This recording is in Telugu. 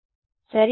విద్యార్థి m ప్లస్